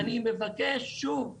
אני מבקש שוב מהיושב-ראש,